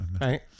Right